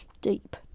Deep